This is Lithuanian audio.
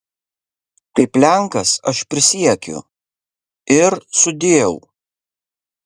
kaip lenkas aš prisiekiu ir sudieu